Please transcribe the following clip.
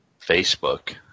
Facebook